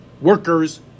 workers